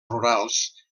rurals